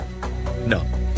No